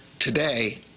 Today